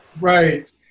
Right